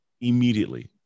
immediately